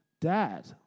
dad